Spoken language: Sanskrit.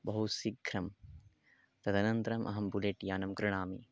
बहु शीघ्रं तदनन्तरम् अहं बुलेट्यानं क्रीणामि